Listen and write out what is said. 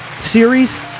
series